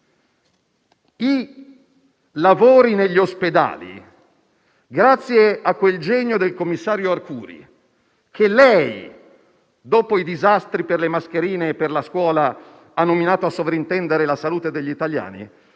i lavori negli ospedali, grazie a quel genio del commissario Arcuri, che lei, dopo i disastri per le mascherine e per la scuola ha nominato a sovrintendere la salute degli italiani,